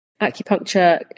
Acupuncture